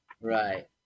Right